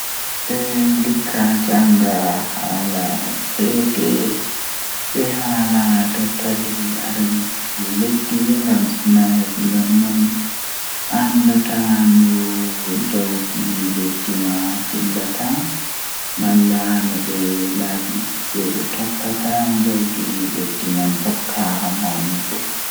Eh ndikka jannga haala ceede Ko sabu ngal, yimɓe foti waawi sosde noyiɗɗo e laawol tawa leydi e nder caɗeele. Economics e finance no waawi heɓugol maɓɓe ngal on, ko fayde ɗum e tawti caɗeele e noyiɗɗo e keewɗi ngam ngoodi. Kono, waɗde economics e finance no waawi njama faami ko moƴƴi e ɓe waɗtudee firtiimaaji ngal e ngal hayɓe.